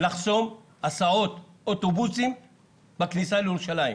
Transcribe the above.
לחסום הסעות, אוטובוסים בכניסה לירושלים.